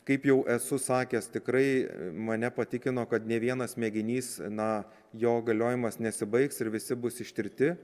kaip jau esu sakęs tikrai mane patikino kad nė vienas mėginys na jo galiojimas nesibaigs ir visi bus ištirti